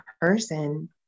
person